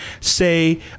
say